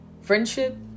friendship